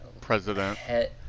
President